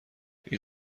این